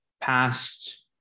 past